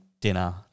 dinner